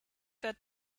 that